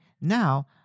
now